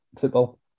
football